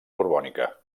borbònica